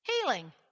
Healing